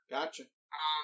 Gotcha